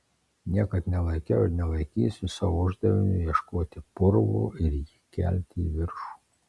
niekad nelaikiau ir nelaikysiu savo uždaviniu ieškoti purvo ir jį kelti į viršų